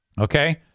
Okay